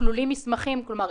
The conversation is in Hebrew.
כלולים מסמכים כלומר,